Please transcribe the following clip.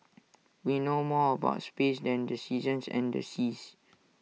we know more about space than the seasons and the seas